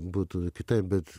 būtų kitaip bet